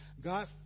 God